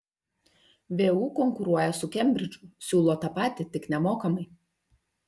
vu konkuruoja su kembridžu siūlo tą patį tik nemokamai